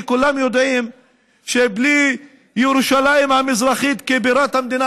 כי כולם יודעים שבלי ירושלים המזרחית כבירת המדינה